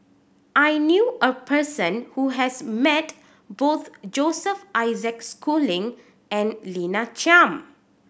I knew a person who has met both Joseph Isaac Schooling and Lina Chiam